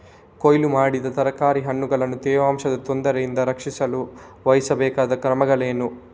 ಕೊಯ್ಲು ಮಾಡಿದ ತರಕಾರಿ ಹಣ್ಣುಗಳನ್ನು ತೇವಾಂಶದ ತೊಂದರೆಯಿಂದ ರಕ್ಷಿಸಲು ವಹಿಸಬೇಕಾದ ಕ್ರಮಗಳೇನು?